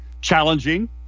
challenging